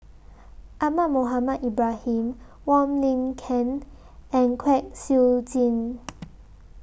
Ahmad Mohamed Ibrahim Wong Lin Ken and Kwek Siew Jin